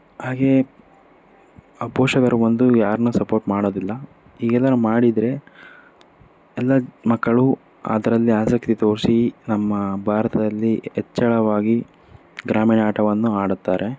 ಹಾಗೆ ಆ ಪೋಷಕರು ಒಂದು ಯಾರನ್ನೂ ಸಪೋರ್ಟ್ ಮಾಡೋದಿಲ್ಲ ಈಗೆಲ್ಲಾರು ಮಾಡಿದರೆ ಎಲ್ಲ ಮಕ್ಕಳು ಅದರಲ್ಲಿ ಆಸಕ್ತಿ ತೋರಿಸಿ ನಮ್ಮ ಭಾರತದಲ್ಲಿ ಹೆಚ್ಚಳವಾಗಿ ಗ್ರಾಮೀಣ ಆಟವನ್ನು ಆಡುತ್ತಾರೆ